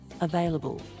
available